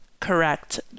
correct